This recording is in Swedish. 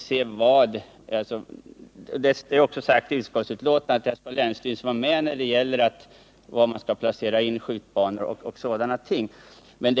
Det är också sagt i utskottsbetänkandet att länsstyrelsen, kommuner m.fl. skall vara med när det gäller var anfallsbanor och sådant skall placeras.